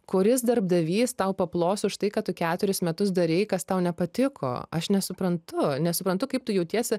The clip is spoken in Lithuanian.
kuris darbdavys tau paplos už tai kad tu keturis metus darei kas tau nepatiko aš nesuprantu nesuprantu kaip tu jautiesi